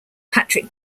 patrick